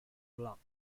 block